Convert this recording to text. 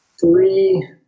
Three